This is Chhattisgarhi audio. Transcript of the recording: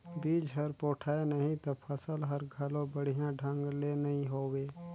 बिज हर पोठाय नही त फसल हर घलो बड़िया ढंग ले नइ होवे